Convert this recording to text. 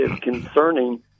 concerning